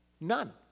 None